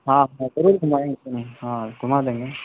ہاں ضرور گھمائیں گے ہاں گھما دیں گے